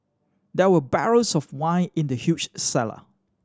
there were barrels of wine in the huge cellar